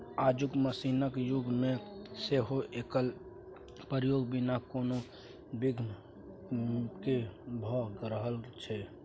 आजुक मशीनक युग मे सेहो एकर प्रयोग बिना कोनो बिघ्न केँ भ रहल छै